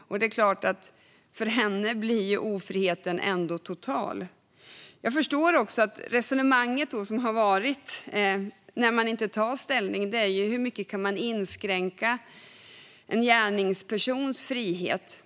Det är klart att för henne blir ofriheten total. Jag förstår det resonemang som har varit när man inte tar ställning, nämligen hur mycket man kan inskränka en gärningspersons frihet.